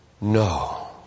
No